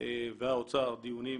והאוצר דיונים